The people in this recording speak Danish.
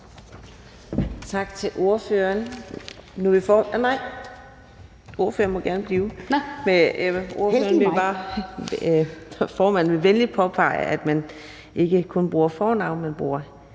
Tak til ordføreren.